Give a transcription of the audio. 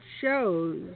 shows